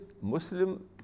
Muslim